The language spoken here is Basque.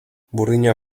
burdina